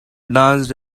danced